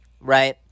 right